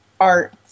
art